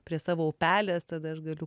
prie savo upelės tada aš galiu